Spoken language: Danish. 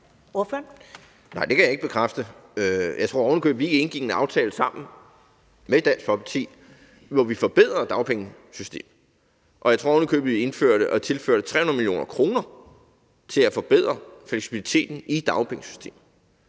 Nej, det kan jeg ikke bekræfte. Jeg tror ovenikøbet, vi indgik en aftale sammen med Dansk Folkeparti, hvor vi forbedrede dagpengesystemet, og jeg tror ovenikøbet, at vi tilførte 300 mio. kr. til at forbedre fleksibiliteten i dagpengesystemet.